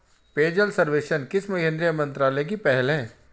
पेयजल सर्वेक्षण किस केंद्रीय मंत्रालय की पहल है?